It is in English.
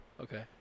Okay